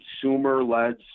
consumer-led